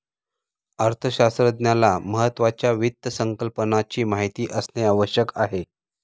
अर्थशास्त्रज्ञाला महत्त्वाच्या वित्त संकल्पनाची माहिती असणे आवश्यक आहे